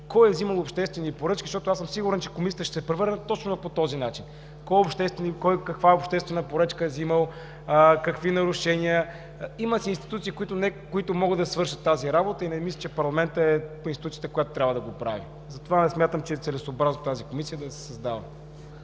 кой е вземал обществени поръчки, защото съм сигурен, че Комисията ще работи точно по този начин: кой каква обществена поръчка е вземал, какви нарушения има – има си институции, които могат да свършат тази работа. Не мисля, че парламентът е институцията, която трябва да го прави. Затова смятам, че не е целесъобразно да се създава